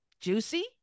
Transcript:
juicy